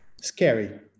scary